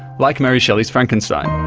like mary shelley's frankenstein,